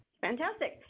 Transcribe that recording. Fantastic